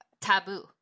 taboo